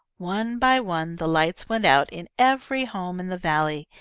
one by one the lights went out in every home in the valley,